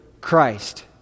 Christ